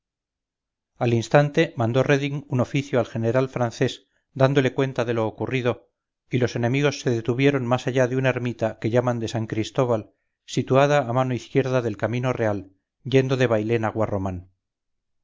al instante mandó reding un oficio al general francés dándole cuenta de lo ocurrido y los enemigos se detuvieron más allá de una ermita que llaman de san cristóbal situada a mano izquierda del camino real yendo de bailén a